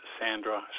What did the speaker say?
Sandra